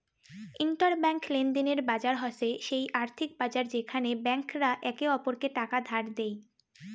inter bank লেনদেনের বাজার হসে সেই আর্থিক বাজার যেখানে ব্যাংক রা একে অপরকে টাকা ধার দেই